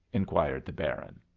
inquired the baron.